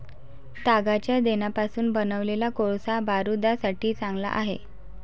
तागाच्या देठापासून बनवलेला कोळसा बारूदासाठी चांगला आहे